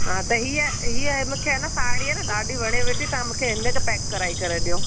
हा त हीअं हीअं मूंखे साड़ी आहे न ॾाढी वणे थी तव्हां मूंखे हिन खे पैक कराए करे ॾियो